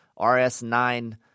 RS9